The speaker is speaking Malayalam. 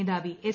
മേധാവി എസ്